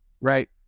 right